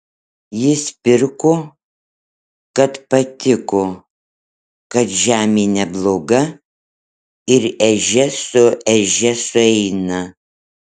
jis pirko kad patiko kad žemė nebloga ir ežia su ežia sueina